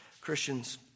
Christians